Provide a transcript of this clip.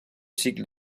cycle